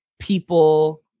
people